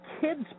kids